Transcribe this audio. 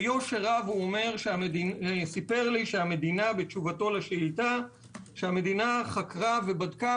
ביושר רב הוא סיפר לי בתשובתו לשאילתה שהמדינה חקרה ובדקה